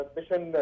Mission